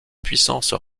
puissance